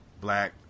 black